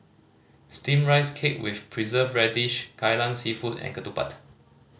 Steamed Rice Cake with Preserved Radish Kai Lan Seafood and ketupat